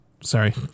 Sorry